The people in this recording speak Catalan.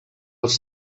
els